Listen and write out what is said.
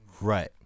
Right